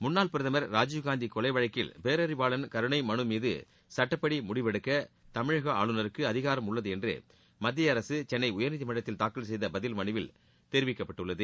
முன்னாள் பிரதமர் ராஜீவ்காந்தி கொலை வழக்கில் பேரறிவாளன் கருணை மனு மீது சுட்டப்படி முடிவெடுக்க தமிழக ஆளுநருக்கு அதிகாரம் உள்ளது என்று மத்திய அரசு சென்னை உயர்நீதிமன்றத்தில் தாக்கல் செய்த பதில் மனுவில் தெரிவிக்கப்பட்டுள்ளது